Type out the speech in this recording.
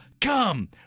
come